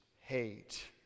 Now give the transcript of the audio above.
hate